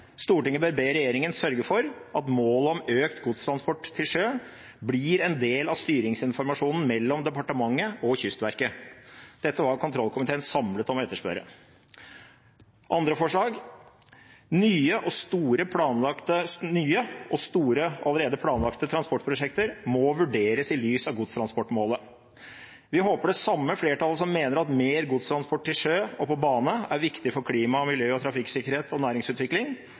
regjeringen sørge for at målet om økt godstransport til sjøs blir en del av styringsinformasjonen mellom departementet og Kystverket. Dette var kontroll- og konstitusjonskomiteen samlet om å etterspørre. Det andre forslaget handler om at nye og store, allerede planlagte transportprosjekter må vurderes i lys av godstransportmålet. Vi håper det samme flertallet som mener at mer godstransport til sjø og på bane er viktig for klima, miljø, trafikksikkerhet og næringsutvikling,